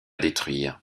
détruire